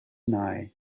nye